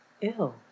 Ew